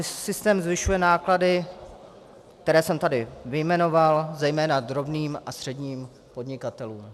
Systém zvyšuje náklady, které jsem tady vyjmenoval, zejména drobným a středním podnikatelům.